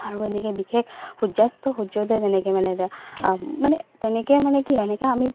আৰু এনেকে বিশেষ সূৰ্যাস্ত সূৰ্যদয় তেনেকৈ মানে মানে তেনেকৈ মানে কি এনেকৈ আমি